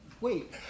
Wait